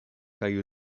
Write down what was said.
kaj